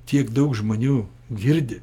tiek daug žmonių girdi